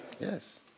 Yes